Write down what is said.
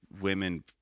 women